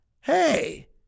hey